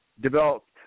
developed